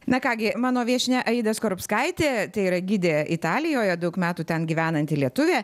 na ką gi mano viešnia aida skorupskaitė tai yra gidė italijoje daug metų ten gyvenanti lietuvė